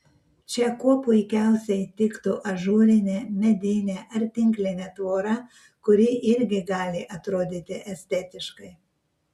čia kuo puikiausiai tiktų ažūrinė medinė ar tinklinė tvora kuri irgi gali atrodyti estetiškai